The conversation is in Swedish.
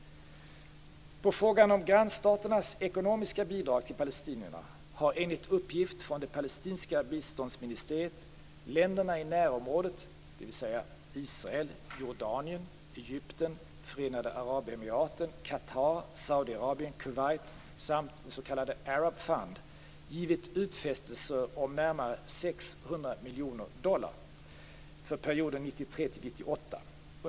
På frågan om grannstaternas ekonomiska bidrag till palestinierna har enligt uppgift från det palestinska biståndsministeriet länderna i närområdet, dvs. Israel, Saudiarabien, Kuwait samt "Arab Fund" givit utfästelser om närmare 600 miljoner dollar för perioden 1993-1998.